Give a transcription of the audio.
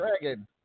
Dragon